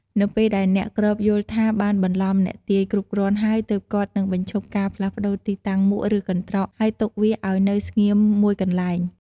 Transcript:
នៅពេលដែលអ្នកគ្របយល់ថា បានបន្លំអ្នកទាយគ្រប់គ្រាន់ហើយ ទើបគាត់នឹងបញ្ឈប់ការផ្លាស់ប្ដូរទីតាំងមួកឬកន្ត្រក ហើយទុកវាឱ្យនៅស្ងៀមមួយកន្លែង។